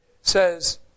says